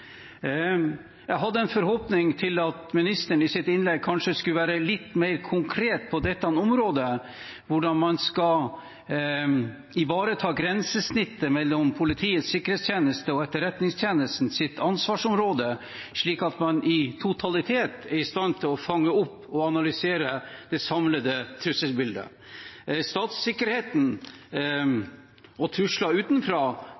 Jeg hadde en forhåpning om at ministeren i sitt innlegg kanskje skulle være litt mer konkret på dette området – hvordan man skal ivareta grensesnittet mellom ansvarsområdene til Politiets sikkerhetstjeneste og Etterretningstjenesten, slik at man i totalitet er i stand til å fange opp og analysere det samlede trusselbildet. Statssikkerheten og trusler utenfra